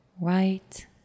right